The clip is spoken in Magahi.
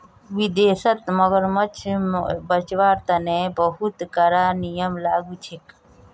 विदेशत मगरमच्छ बचव्वार तने बहुते कारा नियम लागू छेक